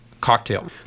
cocktail